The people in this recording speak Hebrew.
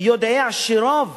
יודע שרוב